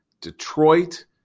Detroit